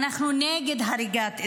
אנחנו נגד הריגת אזרחים,